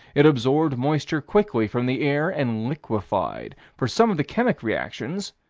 it absorbed moisture quickly from the air and liquefied. for some of the chemic reactions,